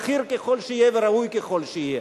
בכיר ככל שיהיה וראוי ככל שיהיה.